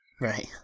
right